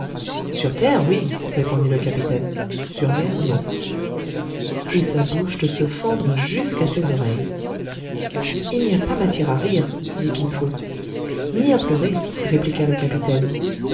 sur terre oui répondit le capitaine yin sur mer non et sa bouche de se fendre jusqu'à ses oreilles il n'y a pas matière à rire dit kin fo ni à pleurer répliqua le capitaine